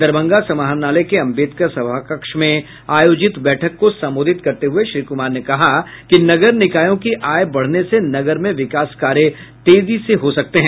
दरभंगा समाहरणालय के अंबेदकर सभाकक्ष में आयोजित बैठक को संबोधित करते हुए श्री कुमार ने कहा कि नगर निकायों की आय बढ़ने से नगर में विकास कार्य तेजी से हो सकते हैं